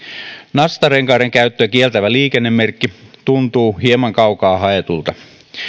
nastarenkaiden käyttöä kieltävä liikennemerkki tuntuu hieman kaukaa haetulta